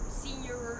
senior